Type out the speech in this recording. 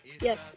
Yes